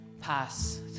pass